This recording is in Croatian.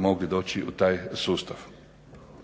mogli doći u taj sustav.